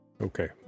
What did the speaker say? okay